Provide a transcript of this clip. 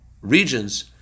regions